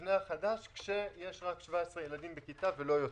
במבנה החדש כשיש רק 17 ילדים בכיתה ולא יותר.